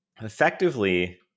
effectively